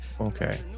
Okay